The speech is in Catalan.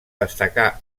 destacar